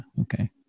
okay